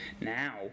now